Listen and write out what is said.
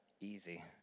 easy